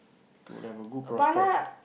will have a good prospect